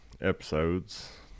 episodes